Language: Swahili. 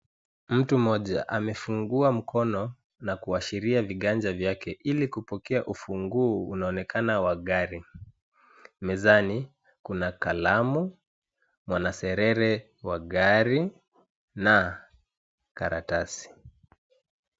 Mtu mmoja amefungua mkono na kuashiria viganya vyake ili kupokea ufunguu unaonekana wa gari. Mezani, kuna kalamu, mwanaserere wa gari na karatasi.